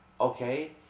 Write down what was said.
okay